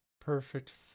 perfect